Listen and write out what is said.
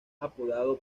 apodado